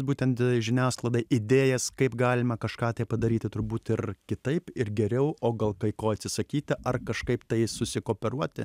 būtent žiniasklaidai idėjas kaip galima kažką padaryti turbūt ir kitaip ir geriau o gal tai ko atsisakyti ar kažkaip tai susikooperuoti